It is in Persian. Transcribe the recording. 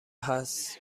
هست